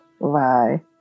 Bye